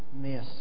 miss